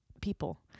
people